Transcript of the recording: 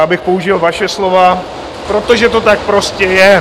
Abych použil vaše slova protože to tak prostě je.